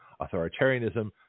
authoritarianism